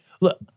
Look